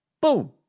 boom